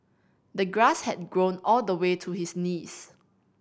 the grass had grown all the way to his knees